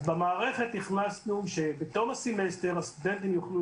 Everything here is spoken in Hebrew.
אז במערכת הכנסנו שבתום הסמסטר הסטודנטים יוכלו